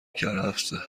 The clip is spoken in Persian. کرفسه